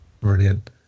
Brilliant